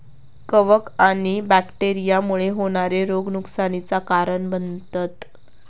कवक आणि बैक्टेरिया मुळे होणारे रोग नुकसानीचा कारण बनतत